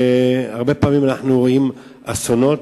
הרבה פעמים אנחנו רואים אסונות.